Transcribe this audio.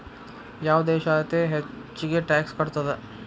ಯಾವ್ ದೇಶ್ ಅತೇ ಹೆಚ್ಗೇ ಟ್ಯಾಕ್ಸ್ ಕಟ್ತದ?